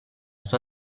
sua